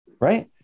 right